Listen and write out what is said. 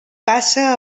passa